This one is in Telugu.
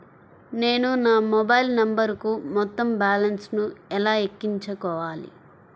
నేను నా మొబైల్ నంబరుకు మొత్తం బాలన్స్ ను ఎలా ఎక్కించుకోవాలి?